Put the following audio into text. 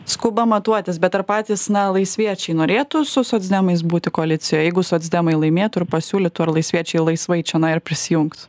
skuba matuotis bet ir patys na laisviečiai norėtų su socdemais būti koalicijoje jeigu socdemai laimėtų ir pasiūlytų ar laisviečiai laisvai čionai ir prisijungtų